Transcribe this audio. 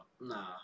Nah